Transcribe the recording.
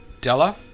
Della